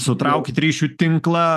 sutraukyt ryšių tinklą